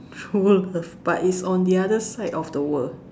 true love but it's on the other side of the world